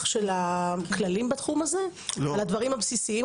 של הכללים בתחום הזה על הדברים הבסיסים?